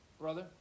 brother